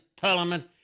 Parliament